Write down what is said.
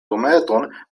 dometon